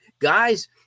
guys –